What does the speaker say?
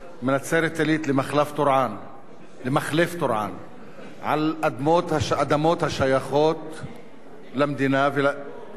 למחלף טורעאן על אדמות השייכות למדינה ולאזרחים ערבים,